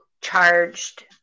charged